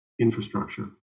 infrastructure